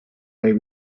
may